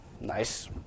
Nice